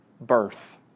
birth